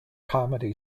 comedy